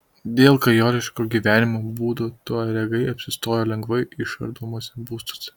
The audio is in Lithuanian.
dėl klajokliško gyvenimo būdo tuaregai apsistoja lengvai išardomuose būstuose